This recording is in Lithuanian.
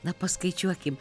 na paskaičiuokim